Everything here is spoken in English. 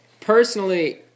personally